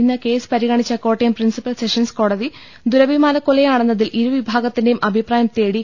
ഇന്ന് കേസ് പരിഗണിച്ചു Kottayam principal sessions കോടതി ദുരഭിമാനുക്കൊല യാണെന്നതിൽ ഇരു ഭാഗത്തിന്റെയും അഭിപ്രായം തേട്ടി